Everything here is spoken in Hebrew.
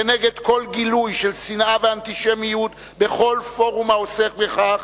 כנגד כל גילוי של שנאה ואנטישמיות בכל פורום העוסק בכך,